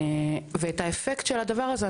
ואת האפקט של הדבר הזה,